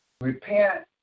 Repent